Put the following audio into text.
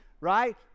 right